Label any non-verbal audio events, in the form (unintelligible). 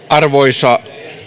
(unintelligible) arvoisa